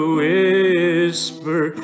whisper